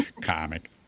comic